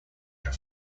ever